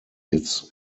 its